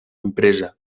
empresa